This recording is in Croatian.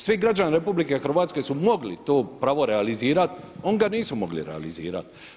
Svi građani RH su mogli to pravo realizirati, oni ga nisu mogli realizirati.